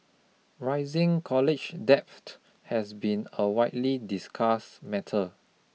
rising college debt has been a widely discuss matter